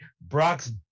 Brock's